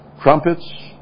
Trumpets